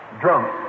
drunk